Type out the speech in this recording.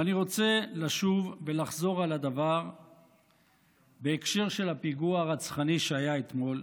ואני רוצה לחזור על הדבר בהקשר של הפיגוע הרצחני שהיה אתמול.